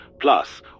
Plus